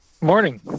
Morning